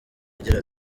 agira